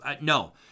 no